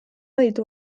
ditu